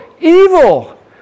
evil